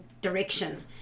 direction